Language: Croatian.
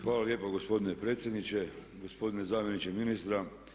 Hvala lijepa gospodine predsjedniče, gospodine zamjeniče ministra.